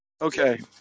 Okay